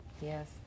Yes